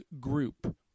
group